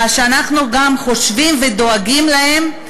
ואנחנו גם חושבים ודואגים להם.